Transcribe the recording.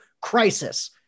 crisis